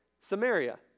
Samaria